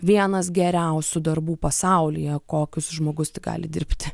vienas geriausių darbų pasaulyje kokius žmogus tik gali dirbti